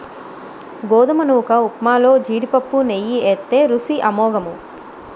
గోధుమ నూకఉప్మాలో జీడిపప్పు నెయ్యి ఏత్తే రుసి అమోఘము